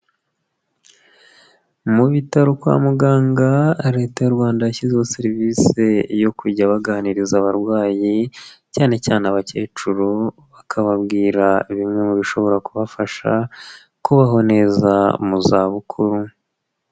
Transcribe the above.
Mu bitaro kwa muganga, Leta y'u Rwanda yashyizeho serivisi yo kujya baganiriza abarwayi, cyane cyane abakecuru, bakababwira bimwe mu bishobora kubafasha, kubaho neza mu za bukuru.